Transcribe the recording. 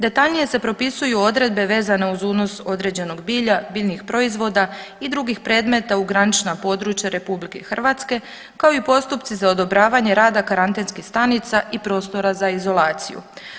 Detaljnije se propisuju odredbe vezane uz unos određenog bilja, biljnih proizvoda i drugih predmeta u granična područja RH kao i postupci za odobravanje rada karantenskih stanica i prostora za izolaciju.